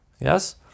yes